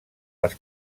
les